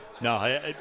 no